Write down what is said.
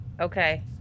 okay